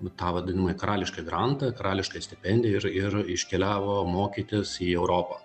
nu tą vadinimą karališką grantą karališkąją stipendiją ir ir iškeliavo mokytis į europą